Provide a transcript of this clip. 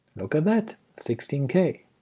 look at that sixteen k